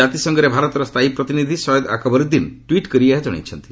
ଜାତିସଂଘରେ ଭାରତର ସ୍ଥାୟୀ ପ୍ରତିନିଧି ସୟଦ ଆକବରୁଦ୍ଦିନ ଟ୍ୱିଟ୍ କରି ଏହା ଜଣାଇଛନ୍ତି